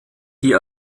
die